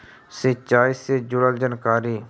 सिंचाई से जुड़ल जानकारी?